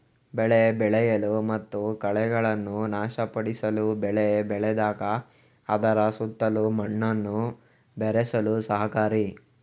ಬೆಳೆ ಬೆಳೆಯಲು ಮತ್ತು ಕಳೆಗಳನ್ನು ನಾಶಪಡಿಸಲು ಬೆಳೆ ಬೆಳೆದಾಗ ಅದರ ಸುತ್ತಲೂ ಮಣ್ಣನ್ನು ಬೆರೆಸಲು ಸಹಕಾರಿ